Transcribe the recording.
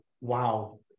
wow